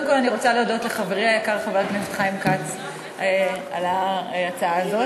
כול אני רוצה להודות לחברי היקר חבר הכנסת חיים כץ על ההצעה הזאת.